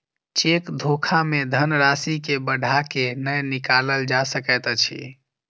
cheque धोखा मे धन राशि के बढ़ा क नै निकालल जा सकैत अछि